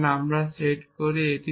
কারণ আমরা সেট করি